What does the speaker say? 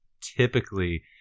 typically